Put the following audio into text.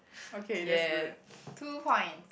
okay that's good two point